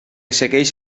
segueix